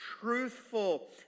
truthful